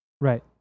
Right